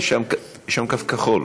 יש שם קו כחול.